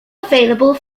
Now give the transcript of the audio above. available